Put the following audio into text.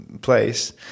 place